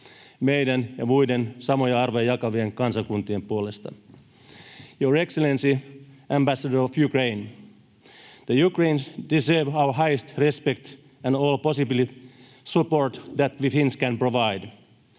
meidän ja muiden samoja arvoja jakavien kansakuntien puolesta. Your Excellency, Ambassador of Ukraine! The Ukrainians deserve our highest respect and all possible support that we Finns can provide.